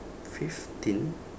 fifteen